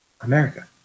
America